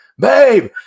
Babe